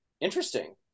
Interesting